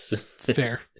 fair